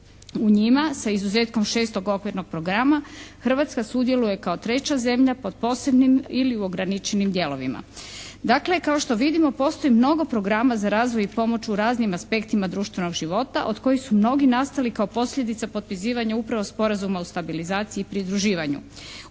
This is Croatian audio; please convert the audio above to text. U njima se izuzetkom 6. Okvirnog programa Hrvatska sudjeluje kao 3. zemlja pod posebnim ili ograničenim dijelovima. Dakle, kao što vidimo postoji mnogo programa za razvoj i pomoć u raznim aspektima društvenog života od koji su mnogi nastali kao posljedica potpisivanja upravo Sporazuma o stabilizaciji i pridruživanju.